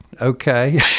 okay